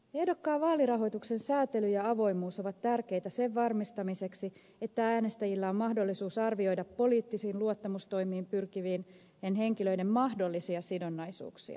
ehdokkaan vaalirahoituksen säätely ja avoimuus ovat tärkeitä sen varmistamiseksi että äänestäjillä on mahdollisuus arvioida poliittisiin luottamustoimiin pyrkivien henkilöiden mahdollisia sidonnaisuuksia